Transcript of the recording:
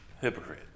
Hypocrite